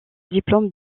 diplôme